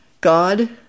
God